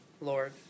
Lord